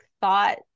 thought